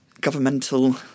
governmental